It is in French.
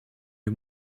les